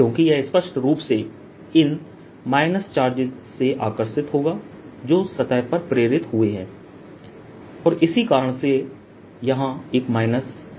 क्योंकि यह स्पष्ट रूप से इन माइनस चार्जिज़ से आकर्षित होगा जो सतह पर प्रेरित हुए हैं और इसी कारण से यहां एक माइनस चिह्न है